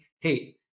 hey